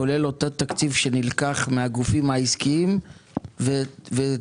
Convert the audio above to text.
כולל אותו תקציב שנלקח מהגופים העסקיים ולוחות